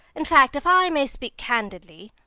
in fact, if i may speak candidly